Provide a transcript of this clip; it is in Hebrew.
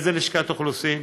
איזו לשכת אוכלוסין?